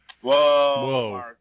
Whoa